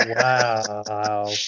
Wow